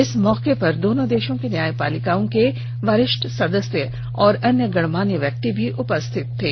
इस मौके पर दोनों देशों की न्यायपालिकाओं के वरिष्ठ सदस्य और अन्य गण्यमान्य व्यक्ति भी उपस्थित थे